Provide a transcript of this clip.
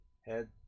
Head